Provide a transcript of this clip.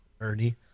Ernie